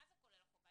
מה זה כולל החובה?